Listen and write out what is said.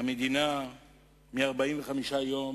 המדינה מ-45 יום